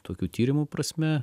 tokių tyrimų prasme